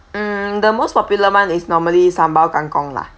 mm the most popular one is normally sambal kang kong lah